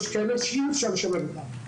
יש כאלה שאי אפשר לשלב אותם,